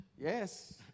Yes